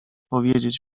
powiedzieć